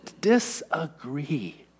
disagree